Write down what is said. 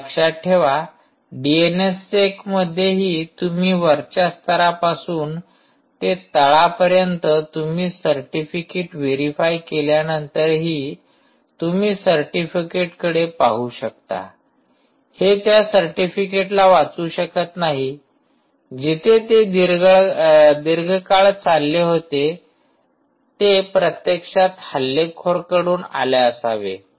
लक्षात ठेवा डीएनएससेक मध्येही तुम्ही वरच्या स्तरापासून ते तळापर्यंत तुम्ही सर्टिफिकेट व्हेरिफाय केल्यानंतरही तुम्ही सर्टिफिकेट कडे पाहू शकता हे त्या सर्टिफिकेटला वाचवू शकत नाही जिथे ते दीर्घकाळ चालले होते ते प्रत्यक्षात हल्लेखोराकडून आले असावे